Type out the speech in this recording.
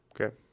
Okay